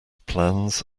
plans